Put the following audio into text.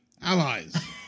allies